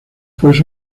pues